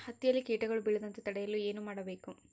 ಹತ್ತಿಯಲ್ಲಿ ಕೇಟಗಳು ಬೇಳದಂತೆ ತಡೆಯಲು ಏನು ಮಾಡಬೇಕು?